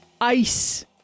ice